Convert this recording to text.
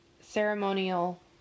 ceremonial